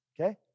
okay